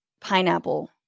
pineapple